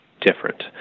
different